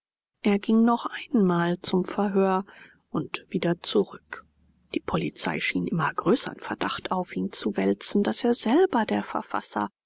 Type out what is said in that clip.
er ging noch einmal zum verhör und wieder zurück die polizei schien immer größern verdacht auf ihn zu wälzen daß er selber der verfasser